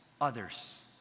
others